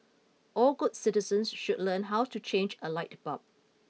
all good citizens should learn how to change a light bulb